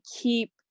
keep